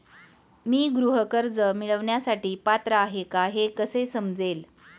मी गृह कर्ज मिळवण्यासाठी पात्र आहे का हे कसे समजेल?